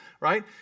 right